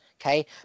okay